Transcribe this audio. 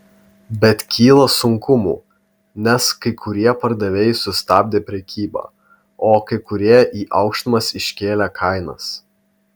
bet kyla sunkumų nes kai kurie pardavėjai sustabdė prekybą o kai kurie į aukštumas iškėlė kainas